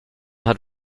hat